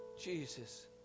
Jesus